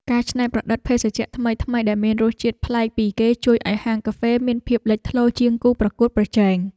ការច្នៃប្រឌិតភេសជ្ជៈថ្មីៗដែលមានរសជាតិប្លែកពីគេជួយឱ្យហាងកាហ្វេមានភាពលេចធ្លោជាងគូប្រកួតប្រជែង។